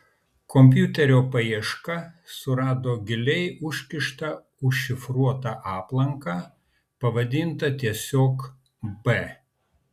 kompiuterio paieška surado giliai užkištą užšifruotą aplanką pavadintą tiesiog b